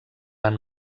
van